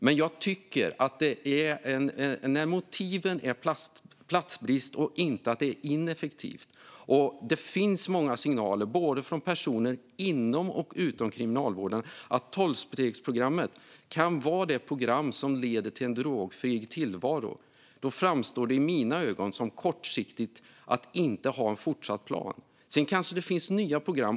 Men jag tycker att när motivet är platsbrist och inte att tolvstegsprogrammet är ineffektivt, och det finns många signaler från både personer inom och utanför kriminalvården om att tolvstegsprogrammet kan vara det program som leder till en drogfri tillvaro, framstår det i mina ögon som kortsiktigt att inte ha en fortsatt plan. Sedan kanske det finns nya program.